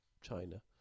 China